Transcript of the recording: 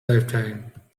lifetime